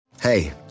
Hey